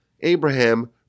Abraham